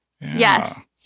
yes